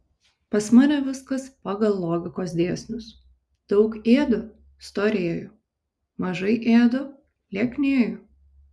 pas mane viskas pagal logikos dėsnius daug ėdu storėju mažai ėdu lieknėju